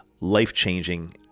life-changing